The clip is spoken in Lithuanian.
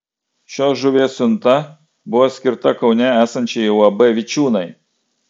šios žuvies siunta buvo skirta kaune esančiai uab vičiūnai